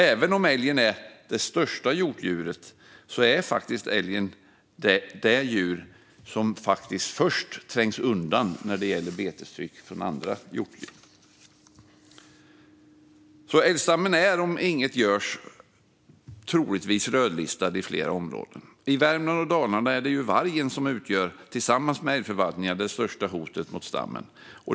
Även om älgen är det största hjortdjuret är den faktiskt också det djur som först trängs undan vid betestryck från andra hjortdjur. Om inget görs blir älgstammen troligtvis rödlistad i flera områden. I Värmland och Dalarna är det vargen som tillsammans med älgförvaltningen utgör det största hotet mot stammen.